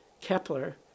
Kepler